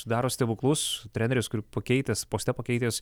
daro stebuklus treneris kur pakeitęs poste pakeitęs